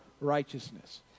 righteousness